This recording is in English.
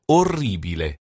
orribile